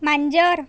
मांजर